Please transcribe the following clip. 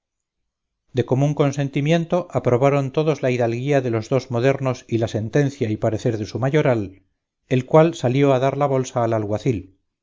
de común consentimiento aprobaron todos la hidalguía de los dos modernos y la sentencia y parecer de su mayoral el cual salió a dar la bolsa al alguacil